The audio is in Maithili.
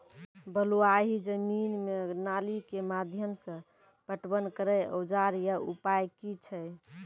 बलूआही जमीन मे नाली के माध्यम से पटवन करै औजार या उपाय की छै?